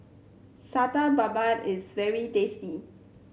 Satay Babat is very tasty